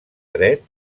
dret